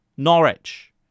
Norwich